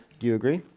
do you agree?